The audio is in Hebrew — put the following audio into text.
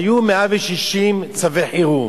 היו 160 צווי חירום,